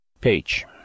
page